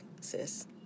sis